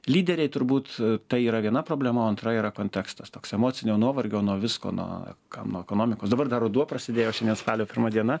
lyderiai turbūt tai yra viena problema o antra yra kontekstas toks emocinio nuovargio nuo visko nuo kam nuo ekonomikos dabar dar ruduo prasidėjo šiandie spalio pirma diena